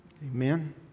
Amen